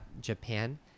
Japan